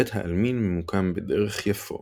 בית העלמין ממוקם בדרך יפו